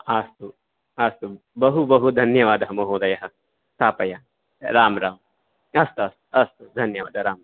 अस्तु अस्तु बहु बहु धन्यवादः महोदयः स्थापय राम् राम् अस्तु अस्तु अस्तु धन्यवादः राम् राम्